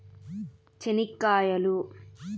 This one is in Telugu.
చెనిక్కాయలు